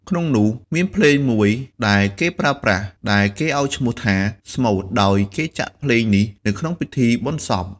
ក្នុងនោះមានភ្លេងមួយដែលគេប្រើប្រាស់ ដែលគេឲ្យឈ្មោះថា ស្មូត ដោយគេចាក់ភ្លេងនេះនៅក្នុងពិធីបុណ្យសព្វ។